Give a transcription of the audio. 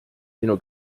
sinu